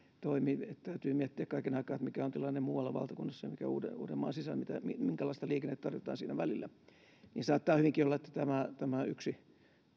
toimi että täytyy miettiä kaiken aikaa mikä on tilanne muualla valtakunnassa ja mikä uudenmaan sisällä ja minkälaista liikennettä tarvitaan siinä välillä saattaa hyvinkin olla että tämä tämä yksi